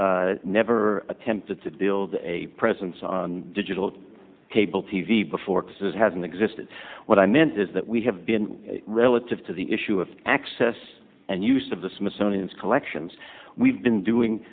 have never attempted to build a presence on digital cable t v before this hasn't existed what i meant is that we have been relative to the issue of access and use of the smithsonian's collections we've been doing